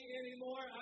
anymore